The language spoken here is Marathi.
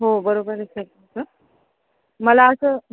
हो बरोबरच आहे तुमचं मला असं